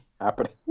happening